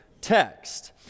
text